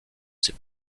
ses